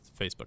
Facebook